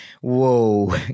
whoa